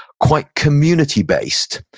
quite community-based,